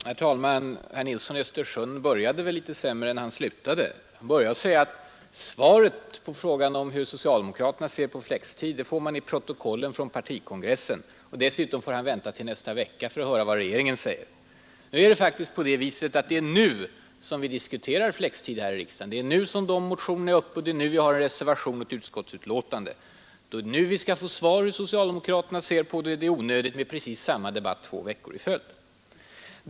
Herr talman! Herr Nilsson i Östersund började litet sämre än han slutade. Han startade med att säga att svaret på frågan om hur socialdemokraterna ser på flextid får man i protokollen från partikongressen. Dessutom får man vänta till nästa vecka för att höra vad regeringen säger. Men det är faktiskt nu vi diskuterar flextid här i riksdagen. Nu är motionerna uppe och nu har vi en reservation och ett utskottsbetänkande. Det är nu vi skall få svar på hur socialdemokraterna ser på saken, och det är onödigt med precis samma debatt två veckor i följd.